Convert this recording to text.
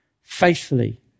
faithfully